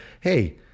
Hey